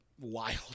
wild